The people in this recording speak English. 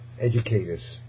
educators